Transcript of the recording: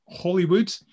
Hollywood